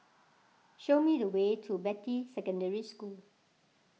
show me the way to Beatty Secondary School